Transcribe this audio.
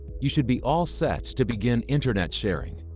you should be all set to begin internet sharing.